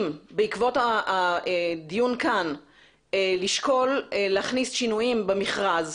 בעקבות הדיון כאן לשקול להכניס שינויים במכרז,